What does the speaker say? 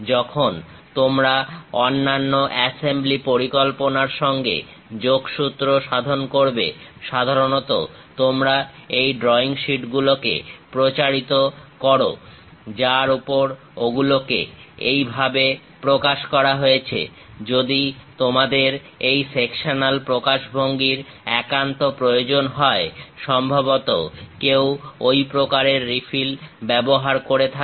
যখন তোমরা অন্যান্য অ্যাসেম্বলি পরিকল্পনার সঙ্গে যোগসূত্র সাধন করবে সাধারণত তোমরা এই ড্রয়িং শীটগুলোকে প্রচারিত করো যার উপর ওগুলোকে এইভাবে প্রকাশ করা হয়েছে যদি তোমাদের এই সেকশনাল প্রকাশভঙ্গির একান্ত প্রয়োজন হয় সম্ভবত কেউ ঐ প্রকারের রিফিল ব্যবহার করে থাকবে